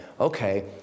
okay